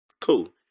cool